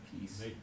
peace